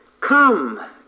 Come